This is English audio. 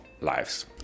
lives